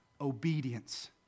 obedience